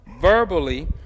verbally